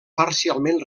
parcialment